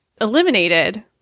eliminated